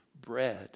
bread